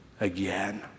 again